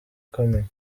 ikomeye